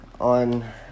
on